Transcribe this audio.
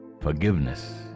forgiveness